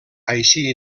així